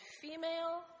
female